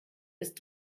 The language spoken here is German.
ist